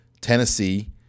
Tennessee